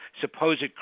supposed